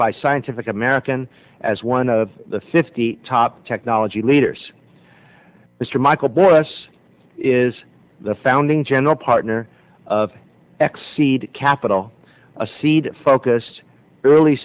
by scientific american as one of the fifty top technology leaders mr michael boyd us is the founding general partner of x seed capital a seed focused early